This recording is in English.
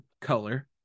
color